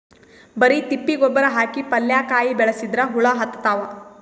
ಬರಿ ತಿಪ್ಪಿ ಗೊಬ್ಬರ ಹಾಕಿ ಪಲ್ಯಾಕಾಯಿ ಬೆಳಸಿದ್ರ ಹುಳ ಹತ್ತತಾವ?